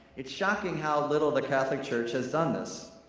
it's shocking how little the catholic church has done this.